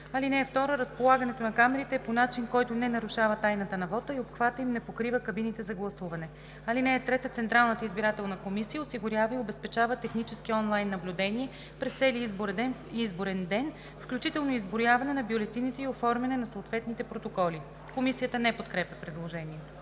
комисия. (2) Разполагането на камерите е по начин, който не нарушава тайната на вота и обхватът им не покрива кабините за гласуване. (3) Централната избирателна комисия осигурява и обезпечава технически он лайн наблюдение през целия изборен ден включително изброяване на бюлетините и оформяне на съответните протоколи.“ Комисията не подкрепя предложението.